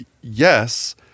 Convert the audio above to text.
Yes